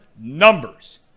numbers—